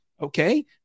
okay